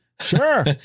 Sure